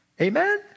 Amen